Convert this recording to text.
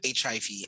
HIV